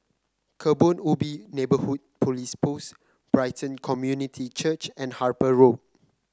Kebun Ubi Neighbourhood Police Post Brighton Community Church and Harper Road